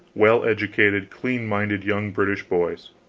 well-educated, clean-minded young british boys.